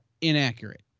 inaccurate